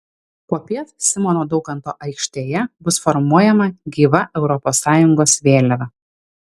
popiet simono daukanto aikštėje bus formuojama gyva europos sąjungos vėliava